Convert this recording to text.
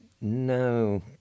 no